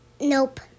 Nope